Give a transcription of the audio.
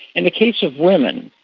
in the case of women,